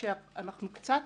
שאנחנו קצת